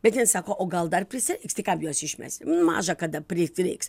bet jin sako o gal dar prisireiks tai kam juos išmesi maža kada prisireiks